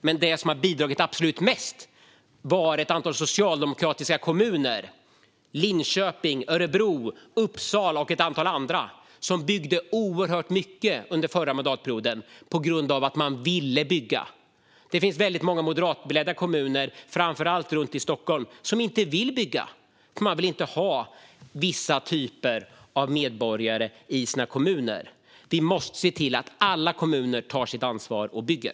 Men det som har bidragit absolut mest är att ett flertal socialdemokratiska kommuner - Linköping, Örebro, Uppsala och ett antal andra - byggde oerhört mycket under förra mandatperioden på grund av att man ville bygga. Det finns väldigt många moderatledda kommuner, framför allt runt Stockholm, som inte vill bygga, eftersom man inte vill ha vissa typer av medborgare i sina kommuner. Vi måste se till att alla kommuner tar sitt ansvar och bygger.